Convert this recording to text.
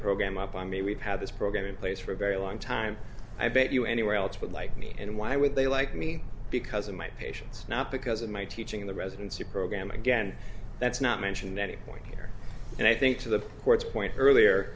i'm up i mean we've had this program in place for a very long time i bet you anywhere else would like me and why would they like me because of my patients not because of my teaching in the residency program again that's not mentioned any point here and i think to the courts point earlier